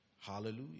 hallelujah